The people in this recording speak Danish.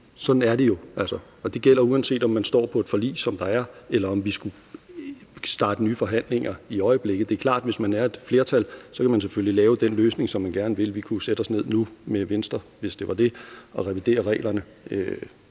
Sådan er det jo. Det gælder, uanset om man står på et forlig, som der er, eller om vi skal starte nye forhandlinger i øjeblikket. Det er klart, at hvis man er et flertal, kan man lave den løsning, som man gerne vil. Vi kunne sætte os ned nu med Venstre, hvis det var det, og revidere reglerne.